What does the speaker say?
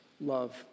love